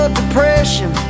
depression